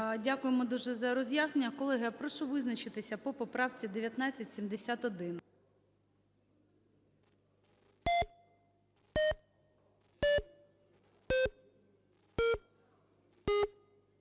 Дякуємо дуже за роз'яснення. Колеги, прошу визначитися по поправці 1971.